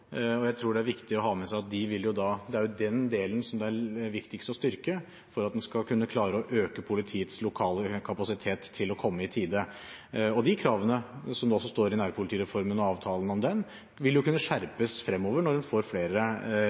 og jeg tror det er viktig å ha med seg at det er den delen som er viktigst å styrke for at en skal kunne klare å øke politiets lokale kapasitet til å komme i tide. Og de kravene – som det også står i nærpolitireformen og avtalen om den – vil kunne skjerpes fremover når en får flere